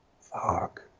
fuck